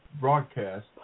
broadcast